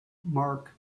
mark